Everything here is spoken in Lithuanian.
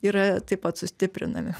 yra taip pat sustiprinami